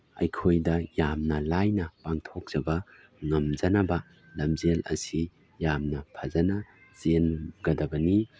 ꯑꯩꯈꯣꯏꯗ ꯌꯥꯝꯅ ꯂꯥꯏꯅ ꯄꯥꯡꯊꯣꯛꯆꯕ ꯉꯝꯖꯅꯕ ꯂꯝꯖꯦꯟ ꯑꯁꯤ ꯌꯥꯝꯅ ꯐꯖꯅ ꯆꯦꯟꯒꯗꯕꯅꯤ